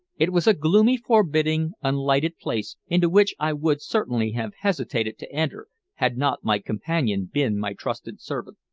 it was a gloomy, forbidding, unlighted place into which i would certainly have hesitated to enter had not my companion been my trusted servant.